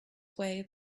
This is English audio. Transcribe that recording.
way